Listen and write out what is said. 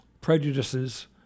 prejudices